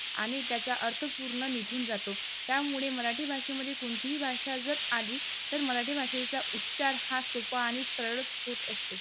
आणि त्याचा अर्थ पूर्ण निघून जातो त्यामुळे मराठी भाषेमधे कोणतीही भाषा जर आली तर मराठी भाषेचा उच्चार हा सोपा आणि सरळच होत असतो